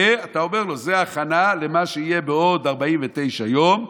ואתה אומר לו: זו הכנה למה שיהיה בעוד 49 יום,